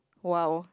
!wow!